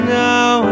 now